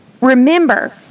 Remember